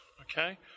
okay